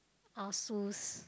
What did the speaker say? Asus